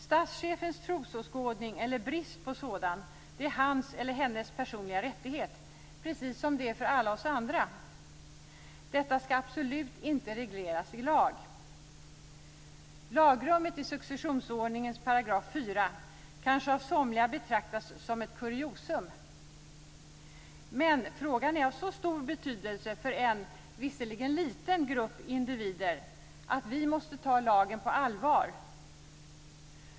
Statschefens trosåskådning eller brist på sådan är hans eller hennes personliga rättighet, precis som för alla oss andra. Detta ska absolut inte regleras i lag. Lagrummet i successionsordningens § 4 kanske betraktas som ett kuriosum av somliga, men frågan är av så stor betydelse för en, visserligen liten, grupp individer att vi måste ta lagen på allvar.